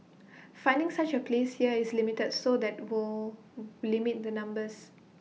finding such A place here is limited so that will limit the numbers